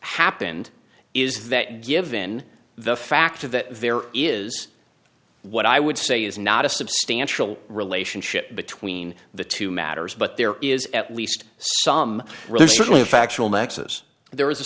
happened is that given the fact that there is what i would say is not a substantial relationship between the two matters but there is at least some real certainly a factual nexus there is a